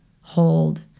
hold